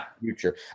future